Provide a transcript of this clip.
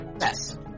Yes